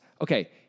Okay